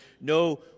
no